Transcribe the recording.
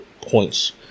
points